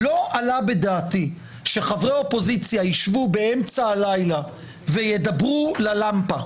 לא עלה בדעתי שחברי אופוזיציה ישבו באמצע הלילה וידברו ל"למפה".